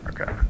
Okay